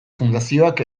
fundazioak